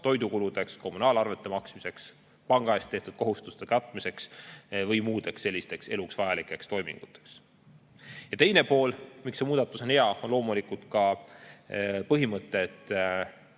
toidukuludeks, kommunaalarvete maksmiseks, panga ees võetud kohustuste katmiseks või muudeks elutähtsateks toiminguteks. Teine põhjus, miks see muudatus on hea, on loomulikult põhimõte, et